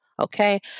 Okay